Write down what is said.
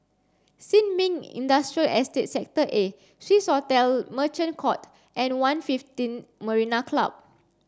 Sin Ming Industrial Estate Sector A Swissotel Merchant Court and One fifteen Marina Club